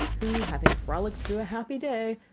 who, having frolicked through a happy day,